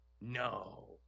No